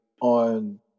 on